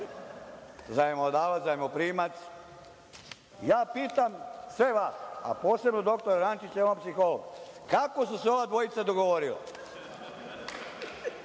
zajmodavac, zajmoprimac. Ja pitam sve vas, a posebno dr Rančića, jer je on psiholog, kako su se ova dvojica dogovorili?